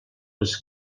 les